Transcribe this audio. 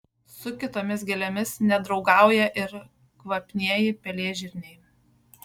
su kitomis gėlėmis nedraugauja ir kvapnieji pelėžirniai